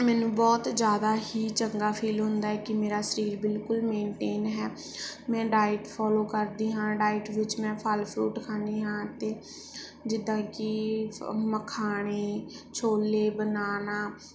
ਮੈਨੂੰ ਬਹੁਤ ਜ਼ਿਆਦਾ ਹੀ ਚੰਗਾ ਫੀਲ ਹੁੰਦਾ ਕਿ ਮੇਰਾ ਸਰੀਰ ਬਿਲਕੁਲ ਮੇਨਟੇਨ ਹੈ ਮੈਂ ਡਾਇਟ ਫੋਲੋ ਕਰਦੀ ਹਾਂ ਡਾਇਟ ਵਿੱਚ ਮੈਂ ਫਲ ਫਰੂਟ ਖਾਂਦੀ ਹਾਂ ਅਤੇ ਜਿੱਦਾਂ ਕਿ ਮਖਾਣੇ ਛੋਲੇ ਬਨਾਨਾ